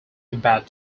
about